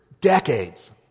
decades